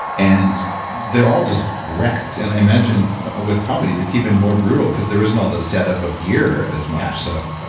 and they're all just wrecked, and i imagine ah with comedy it's even more brutal because there isn't all the set-up of gear as much, so oh,